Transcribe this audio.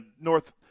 North